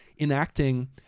enacting